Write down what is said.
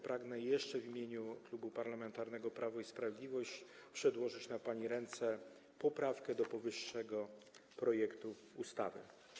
Pragnę jeszcze, w imieniu Klubu Parlamentarnego Prawo i Sprawiedliwość, przedłożyć na pani ręce poprawkę do powyższego projektu ustawy.